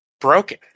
broken